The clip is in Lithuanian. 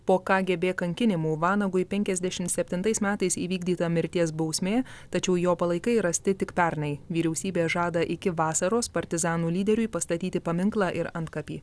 po kgb kankinimų vanagui penkiasdešimt septintais metais įvykdyta mirties bausmė tačiau jo palaikai rasti tik pernai vyriausybė žada iki vasaros partizanų lyderiui pastatyti paminklą ir antkapį